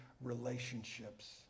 relationships